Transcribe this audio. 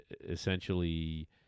essentially